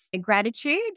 gratitude